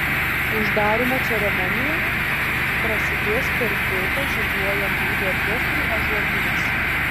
uždarymo ceremonija prasidės per tiltą žygiuojant dūdų orkestrui ąžuolynas